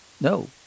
No